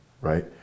right